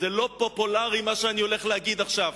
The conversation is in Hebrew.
זה לא פופולרי מה שאני הולך להגיד עכשיו,